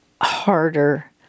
harder